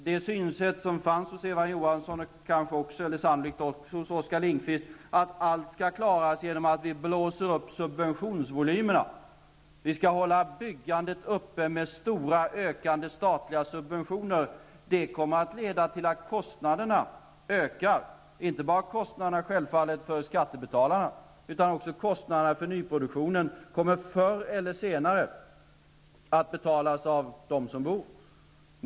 Det synsätt som fanns hos Eva Lindkvist, att allt skall klaras genom att vi blåser upp subventionsvolymerna -- vi skall hålla byggandet uppe med stora, ökande statliga subventioner -- kommer att leda till att kostnaderna ökar. Det gäller självfallet inte bara kostnaderna för skattebetalarna, utan också kostnaderna för nyproduktionen som förr eller senare kommer att betalas av dem som bor.